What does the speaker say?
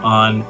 on